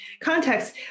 context